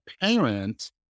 parent